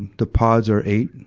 the pods are eight,